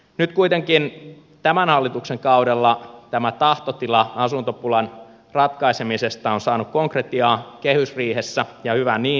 nyt kuitenkin tämän hallituksen kaudella tämä tahtotila asuntopulan ratkaisemiseksi on saanut konkretiaa kehysriihessä ja hyvä niin